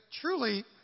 truly